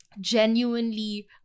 genuinely